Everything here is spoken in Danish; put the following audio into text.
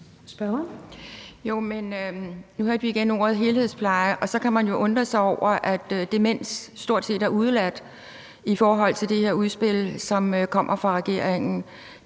nu hørte vi igen ordet helhedspleje, og så kan man jo undre sig over, at demens stort set er udeladt i det udspil, som kommer fra regeringen.